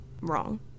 wrong